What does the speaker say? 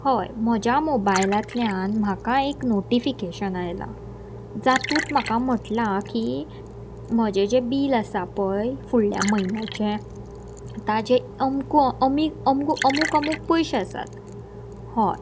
हय म्हज्या मोबायलांतल्यान म्हाका एक नोटिफिकेशन आयलां जातूंत म्हाका म्हटलां की म्हजें जें बील आसा पळय फुडल्या म्हयन्याचें ताजे अमक अमीक अम अमूक अमूक पयशे आसात हय